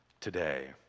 today